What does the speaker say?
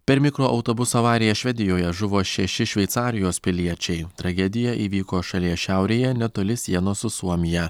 per mikroautobuso avariją švedijoje žuvo šeši šveicarijos piliečiai tragedija įvyko šalies šiaurėje netoli sienos su suomija